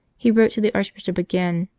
he wrote to the archbishop again,